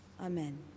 amen